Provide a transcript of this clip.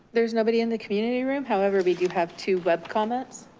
there's nobody in the community room. however, we do have two web comments.